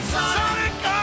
Sonic